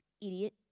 idiot